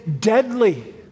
deadly